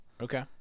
okay